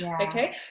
okay